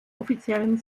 offiziellen